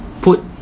put